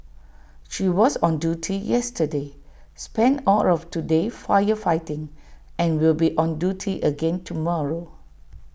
she was on duty yesterday spent all of today firefighting and will be on duty again tomorrow